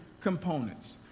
components